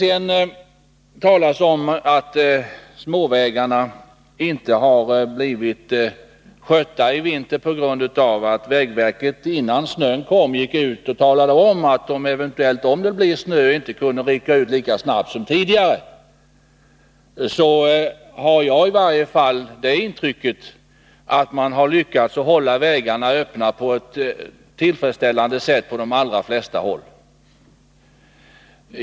Här har talats om att småvägarna inte har blivit skötta i vinter, och innan snön kom meddelade vägverket, att om det blev ett plötsligt snöfall, kunde man eventuellt inte rycka ut lika snabbt som tidigare. Jag har emellertid det intrycket att man på de allra flesta håll har lyckats hålla vägarna öppna på ett tillfredsställande sätt.